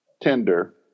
tender